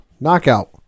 knockout